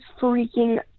freaking